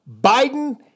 Biden